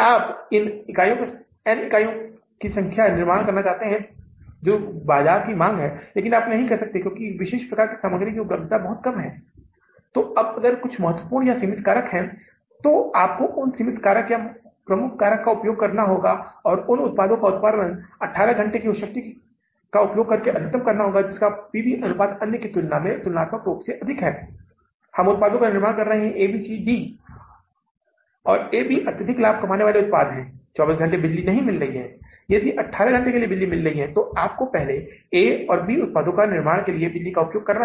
हम कितना भुगतान करने जा रहे हैं जोकि सामग्री के लिए फिर से 240000 है हम भुगतान करने जा रहे हैं ठीक है और इस खर्च के मामले में समान आंकड़े 80000 क्योंकि बिक्री का आंकड़ा समान है इसका मतलब है कि उनकी बिक्री के अनुपात में गणना करनी होगी और अंत में हम यहां कितना भुगतान करने जा रहे हैं यह 16000 सही है और निश्चित खर्चों के कारण फिर से वही भुगतान जो हम करने जा रहे हैं वह